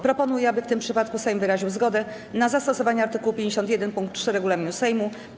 Proponuję, aby w tym przypadku Sejm wyraził zgodę na zastosowanie art. 51 pkt 3 regulaminu Sejmu.